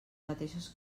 mateixes